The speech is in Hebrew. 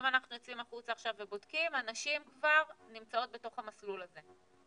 אם אנחנו יוצאים החוצה עכשיו ובודקים הנשים כבר נמצאות בתוך המסלול הזה?